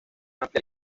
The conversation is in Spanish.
amplia